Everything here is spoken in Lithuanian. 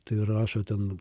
tai rašo ten